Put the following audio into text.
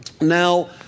Now